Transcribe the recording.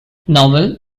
novel